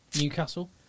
Newcastle